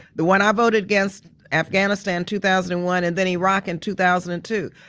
the one i voted against afghanistan two thousand and one and then iraq in two thousand and two.